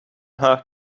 her